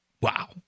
wow